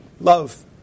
Love